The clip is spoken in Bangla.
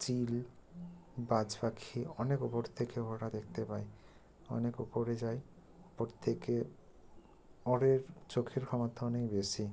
চিল বাজ পাখি অনেক উপর থেকে ওরা দেখতে পায় অনেক উপরে যায় উপর থেকে ওদের চোখের ক্ষমতা অনেক বেশি